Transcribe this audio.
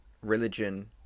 religion